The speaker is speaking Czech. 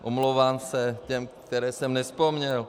Omlouvám se těm, které jsem nevzpomněl.